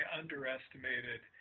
underestimated